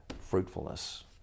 fruitfulness